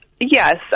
Yes